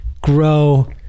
grow